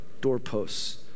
doorposts